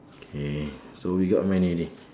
okay so we got how many already